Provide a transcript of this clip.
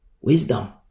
wisdom